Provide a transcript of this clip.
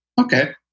okay